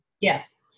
Yes